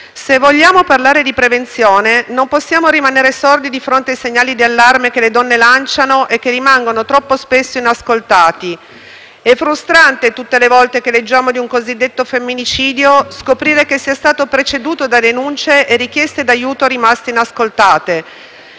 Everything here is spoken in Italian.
Se vogliamo parlare di prevenzione non possiamo rimanere sordi di fronte ai segnali d'allarme che le donne lanciano e che rimangono troppo spesso inascoltati. È frustrante, tutte le volte che leggiamo di un cosiddetto femminicidio, scoprire che sia stato preceduto da denunce e richieste d'aiuto rimaste inascoltate.